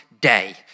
day